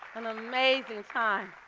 an amazing time.